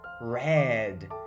Red